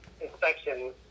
inspection